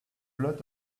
lot